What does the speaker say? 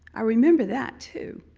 i remember that, too.